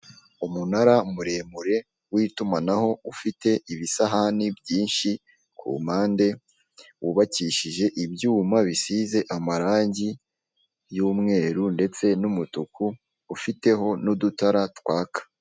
Umunara muremure w'itumanaho ufite ibisahani byinshi ku mpande, wubakishije ibyuma bisize amarangi y'umweru ndetse n'umutuku ufiteho n'udutara twaka.